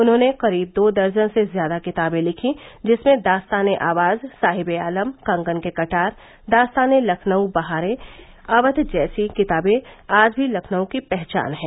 उन्होंने करीब दो दर्जन से ज्यादा किताबे लिखी जिसमें दास्तान ए आवाज साहिबे आलम कंगन के कटार दस्ताने लखनऊ बहारें अवध जैसी किताबें आज भी लखनऊ की पहचान है